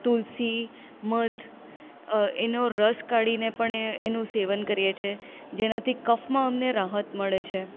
તુલસી મધ એનો રસ કાઢીને પણ એ એનું સેવન કરીએ છીએ જેનાથી કફમાં અમને રાહત મળે છે